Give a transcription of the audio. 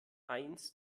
eins